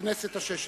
הכנסת השש-עשרה.